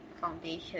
foundation